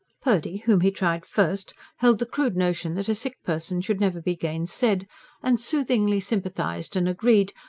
purdy, whom he tried first, held the crude notion that a sick person should never be gainsaid and soothingly sympathised and agreed,